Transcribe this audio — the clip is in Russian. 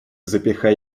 запихай